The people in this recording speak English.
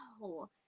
no